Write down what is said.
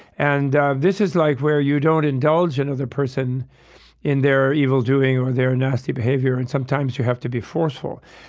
and this is like where you don't indulge another person in their evildoing or their nasty behavior, and sometimes you have to be forceful.